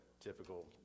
typical